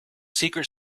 secret